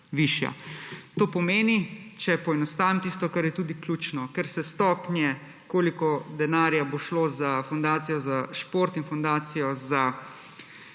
To pomeni, če poenostavim, tisto, kar je tudi ključno, ker se stopnje, koliko denarja bo šlo za fundacijo za